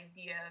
idea